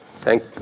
thank